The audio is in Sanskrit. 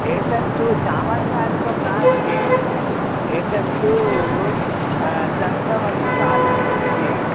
एतत्तु सामान्य आलुकं नास्ति एतत्तु चन्द्रवल्लिक आलुकमस्ति